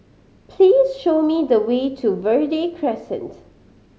please show me the way to Verde Crescent